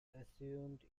assumed